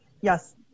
Yes